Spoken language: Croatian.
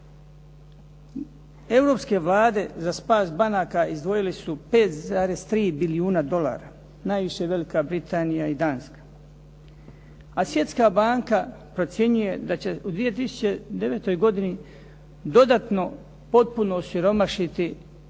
Europske vlade za spas banaka izdvojili su 5,3 bilijuna dolara. Najviše Velika Britanija i Danska, a Svjetska banka procjenjuje da će u 2009. godini dodatno potpuno osiromašiti i